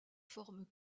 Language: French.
formes